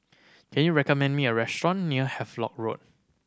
can you recommend me a restaurant near Havelock Road